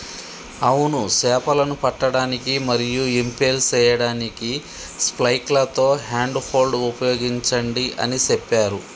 అవును సేపలను పట్టడానికి మరియు ఇంపెల్ సేయడానికి స్పైక్లతో హ్యాండ్ హోల్డ్ ఉపయోగించండి అని సెప్పారు